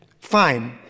Fine